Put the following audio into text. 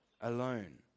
alone